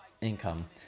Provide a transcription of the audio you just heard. income